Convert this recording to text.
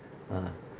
ah